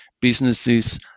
businesses